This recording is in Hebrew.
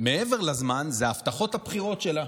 מעבר לזמן, וזה הבטחות הבחירות שלה.